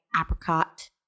apricot